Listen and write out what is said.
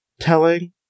Telling